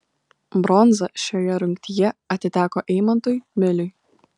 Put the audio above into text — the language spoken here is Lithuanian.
bronza šioje rungtyje atiteko eimantui miliui